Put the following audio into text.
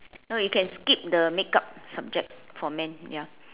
no you can skip the makeup subject for men ya